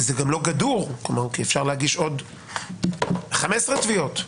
לא גדור כי אפשר להגיש עוד 15 תביעות.